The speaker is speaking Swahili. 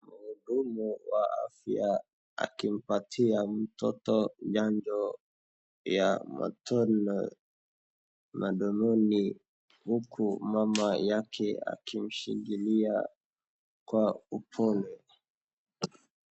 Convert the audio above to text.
Mhudumu wa afya akimpatia mtoto chanjo ya matone na duruni huyu mama yake akimshikilia kwa upole.